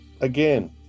Again